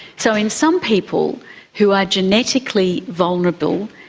so in some people who are genetically vulnerable,